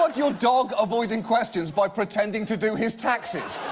like your dog avoiding questions by pretending to do his taxes.